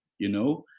you know.